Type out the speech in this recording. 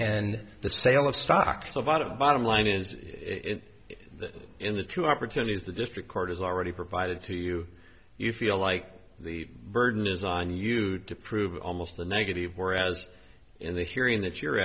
and the sale of stock of a lot of the bottom line is that in the two opportunities the district court has already provided to you you feel like the burden is on you to prove almost a negative whereas in the hearing that you're